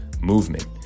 movement